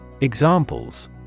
Examples